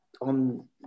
on